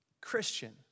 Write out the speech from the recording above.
Christian